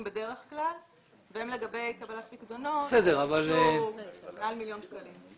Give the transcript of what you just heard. בדרך כלל והם לגבי פיקדונות ביקשו מעל מיליון שקלים.